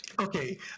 okay